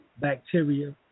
bacteria